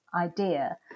idea